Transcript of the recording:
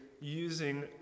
using